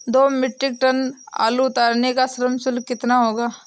दो metric ton आलू उतारने का श्रम शुल्क कितना होगा?